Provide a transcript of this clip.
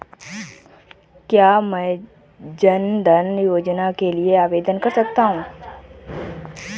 क्या मैं जन धन योजना के लिए आवेदन कर सकता हूँ?